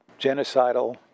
genocidal